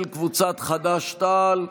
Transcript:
של קבוצת חד"ש-תע"ל.